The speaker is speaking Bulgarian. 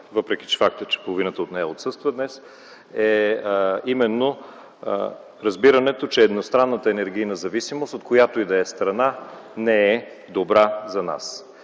въпреки факта, че половината от нея отсъства днес, е именно разбирането, че едностранната енергийна зависимост от която и да е страна не е добра за нас.